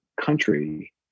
country